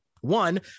One